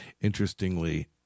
Interestingly